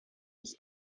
ich